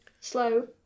slow